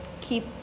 keep